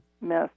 miss